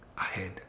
ahead